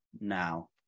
now